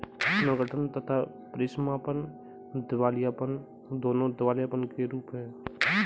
पुनर्गठन तथा परीसमापन दिवालियापन, दोनों दिवालियापन के रूप हैं